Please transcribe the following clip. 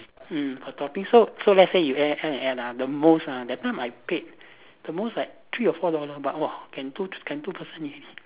mm per topping so so let's say you add add add and add ah the most ah that time I paid the most like three or four dollar but !wah! can two can two person eat